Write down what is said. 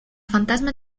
fantasmas